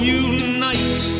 unite